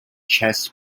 chess